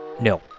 no